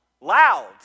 Loud